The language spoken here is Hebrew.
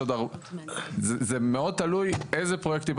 זה מאוד תלוי איזה פרויקטים?